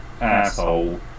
asshole